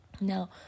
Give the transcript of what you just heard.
Now